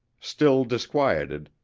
still disquieted,